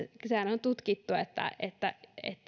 sehän on tutkittu että että